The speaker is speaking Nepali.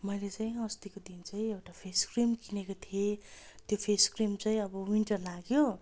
मैले चाहिँ अस्तिको दिन चाहिँ एउटा फेस क्रिम किनेको थिएँ त्यो फेस क्रिम चाहिँ अब विन्टर लाग्यो